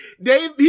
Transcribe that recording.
Dave